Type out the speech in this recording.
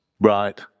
Right